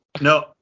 No